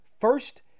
first